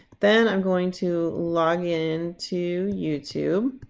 then i'm going to log in to youtube